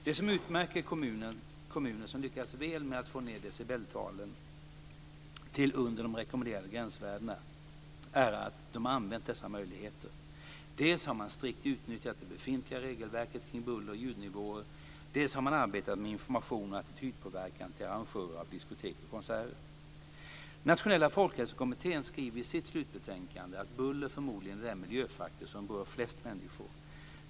Det som utmärker kommuner som lyckats väl med att få ner decibeltalen till under de rekommenderade gränsvärdena är att de använt dessa möjligheter. Dels har man strikt utnyttjat det befintliga regelverket kring buller och ljudnivåer, dels har man arbetat med information och attitydpåverkan till arrangörer av diskotek och konserter. Den nationella Folkhälsokommittén skriver i sitt slutbetänkande att buller förmodligen är den miljöfaktor som berör flest människor.